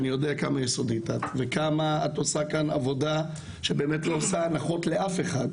אני יודע כמה יסודית את וכמה את עושה כאן עבודה שלא עושה הנחות לאף אחד,